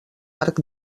arc